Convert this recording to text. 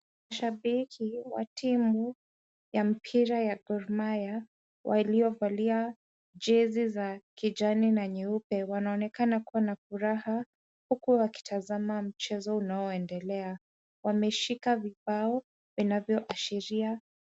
Shabiki wa timu ya mpira ya Gor Mahia waliovalia jezi za kijani na nyeupe wanaonekana kuwa na furaha huku wakitazama mchezo unaoendelea. Wameshika vibao inavyoashiria.